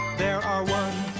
there are one,